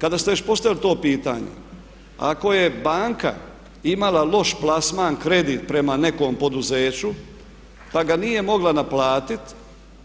Kada ste već postavili to pitanje ako je banka imala loš plasman kredit prema nekom poduzeću, pa ga nije mogla naplatit